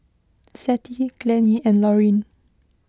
Zettie Glennie and Lorene